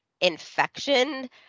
infection